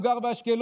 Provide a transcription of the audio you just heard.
הוא גר באשקלון,